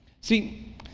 See